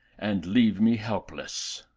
and leave me helpless.